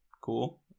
cool